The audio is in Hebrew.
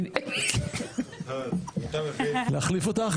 להחליף אותך?